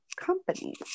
companies